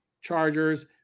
Chargers